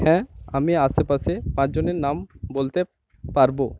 হ্যাঁ আমি আশেপাশে পাঁচজনের নাম বলতে পারবো